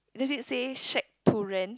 does it say shack to rent